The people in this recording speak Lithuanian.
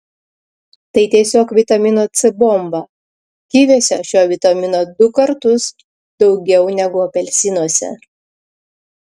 tai tiesiog vitamino c bomba kiviuose šio vitamino du kartus daugiau negu apelsinuose